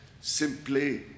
simply